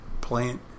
plant